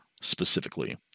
specifically